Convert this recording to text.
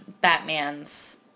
Batman's